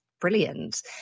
brilliant